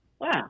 Wow